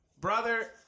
brother